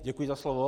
Děkuji za slovo.